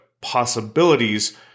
possibilities